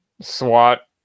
SWAT